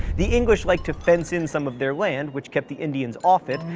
the english liked to fence in some of their land, which kept the indians off it,